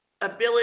ability